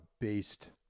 based